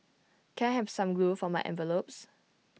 can I have some glue for my envelopes